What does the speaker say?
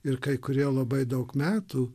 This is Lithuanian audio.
ir kai kurie labai daug metų